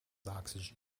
oxygen